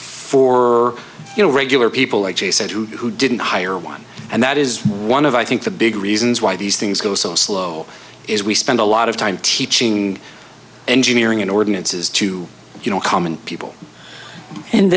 for you know regular people like he said to who didn't hire one and that is one of i think the big reasons why these things go so slow is we spend a lot of time teaching engineering in ordinances to you know common people and